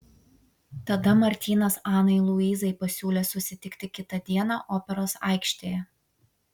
tada martynas anai luizai pasiūlė susitikti kitą dieną operos aikštėje